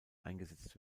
eingesetzt